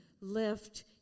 left